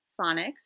phonics